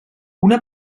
una